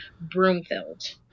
Broomfield